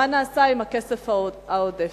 מה נעשה עם הכסף העודף?